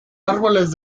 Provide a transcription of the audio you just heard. árboles